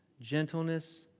gentleness